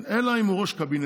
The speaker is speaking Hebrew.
אלא אם כן הוא ראש קבינט,